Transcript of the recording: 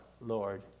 Lord